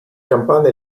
campana